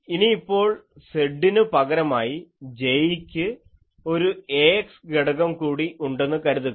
ഇനിയിപ്പോൾ Z നു പകരമായി J യ്ക്കു ഒരു ax ഘടകം കൂടി ഉണ്ടെന്നു കരുതുക